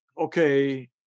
okay